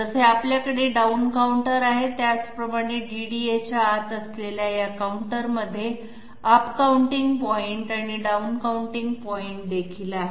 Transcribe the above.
जसे आपल्याकडे down counter आहेत त्याचप्रमाणे डीडीएच्या आत असलेल्या या काउंटरमध्ये अप काउंटिंग पॉइंट आणि डाउन काउंटिंग पॉइंट देखील आहेत